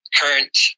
current